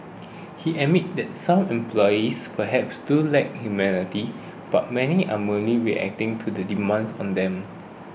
he admits that some employers perhaps do lack humanity but many are merely reacting to the demands on them